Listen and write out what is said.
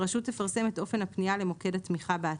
הרשות תפרסם את אופן הפנייה למוקד התמיכה באתר.